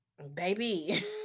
Baby